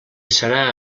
serà